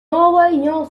envoyant